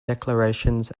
declarations